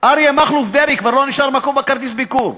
אריה מכלוף דרעי, כבר לא נשאר מקום בכרטיס הביקור.